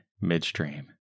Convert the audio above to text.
midstream